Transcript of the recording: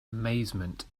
amazement